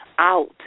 out